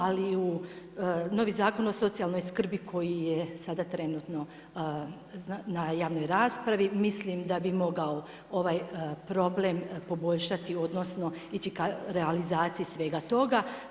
Ali novi Zakon o socijalnoj skrbi koji je sada trenutno na javnoj raspravi, mislim da bi mogao ovaj problem poboljšati odnosno ići k realizaciji svega toga.